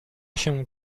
się